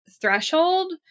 threshold